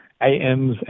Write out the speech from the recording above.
AMs